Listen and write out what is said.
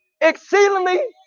exceedingly